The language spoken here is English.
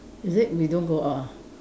is it we don't go out ah